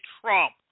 Trump